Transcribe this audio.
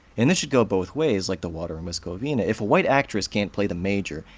and this should go both ways, like the water in west covina. if a white actress can't play the major,